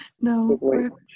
no